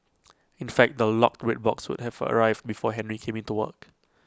in fact the locked red box would have arrive before Henry came in to work